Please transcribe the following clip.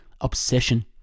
obsession